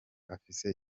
afise